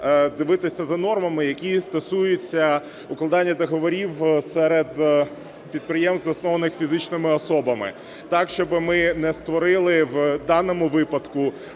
дивитися за нормами, які стосуються укладання договорів серед підприємств, заснованих фізичними особами, так, щоб ми не створили в даному випадку